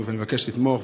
ואני מבקש לתמוך,